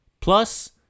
Plus